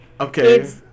Okay